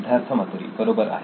सिद्धार्थ मातुरी बरोबर आहे